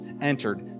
entered